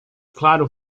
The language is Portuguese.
claro